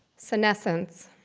senescence